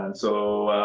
and so,